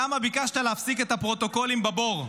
למה ביקשת להפסיק את הפרוטוקולים בבור?